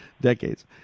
decades